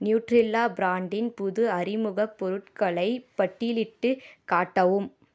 நியூட்ரெலா ப்ராண்டின் புது அறிமுகப் பொருட்களை பட்டியலிட்டுக் காட்டவும்